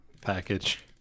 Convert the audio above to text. package